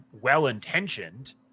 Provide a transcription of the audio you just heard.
well-intentioned